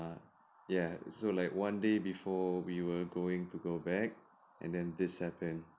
ya so like one day before we were going to go back and then this happened